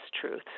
truth